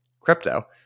crypto